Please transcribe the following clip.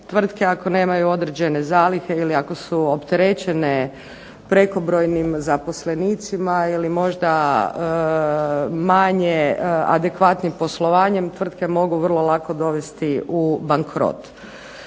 tvrtke, ako nemaju određene zalihe ili ako su opterećene prekobrojnim zaposlenicima, ili možda manje adekvatnim poslovanjem, tvrtke mogu vrlo lako dovesti u bankrot.